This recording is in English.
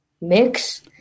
mix